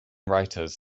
writers